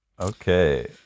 Okay